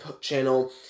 channel